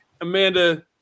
Amanda